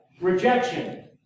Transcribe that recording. rejection